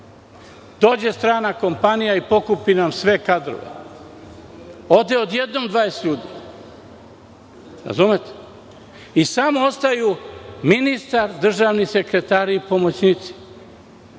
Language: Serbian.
Dođe strana kompanija i pokupi nam sve kadrove. Odjednom odu 20 ljudi. Ostaju samo ministar, državni sekretari i pomoćnici.